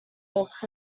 books